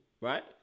Right